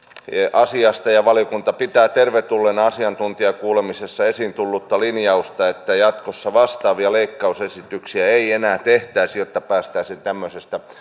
asiasta ja valiokunta pitää tervetulleena asiantuntijakuulemisessa esiin tullutta linjausta että jatkossa vastaavia leikkausesityksiä ei enää tehtäisi jotta päästäisiin tämmöisestä